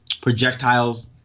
projectiles